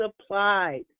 supplied